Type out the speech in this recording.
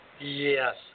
Yes